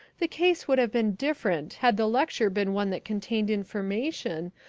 the case would have been different had the lecture been one that contained information,